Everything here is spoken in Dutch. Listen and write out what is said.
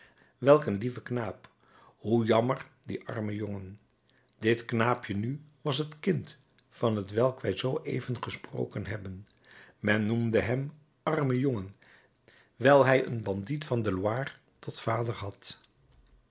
een lieve knaap hoe jammer die arme jongen dit knaapje nu was het kind van t welk wij zoo even gesproken hebben men noemde hem arme jongen wijl hij een bandiet van de loire tot vader had